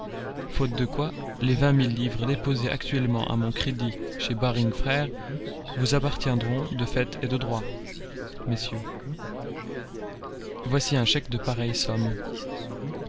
faute de quoi les vingt mille livres déposées actuellement à mon crédit chez baring frères vous appartiendront de fait et de droit messieurs voici un chèque de pareille somme